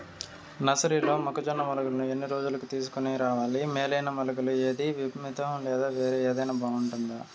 నర్సరీలో మొక్కజొన్న మొలకలు ఎన్ని రోజులకు తీసుకొని రావాలి మేలైన మొలకలు ఏదీ? మితంహ లేదా వేరే ఏదైనా బాగుంటుందా?